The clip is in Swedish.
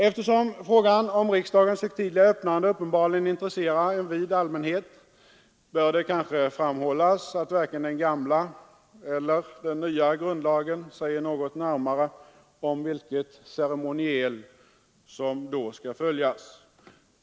Eftersom frågan om riksdagens högtidliga öppnande uppenbarligen intresserar en vid allmänhet, bör det kanske framhållas att varken den gamla eller den nya grundlagen säger något närmare om vilket ceremoniell som då skall följas.